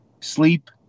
sleep